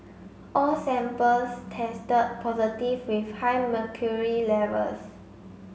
all samples tested positive with high mercury levels